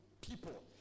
people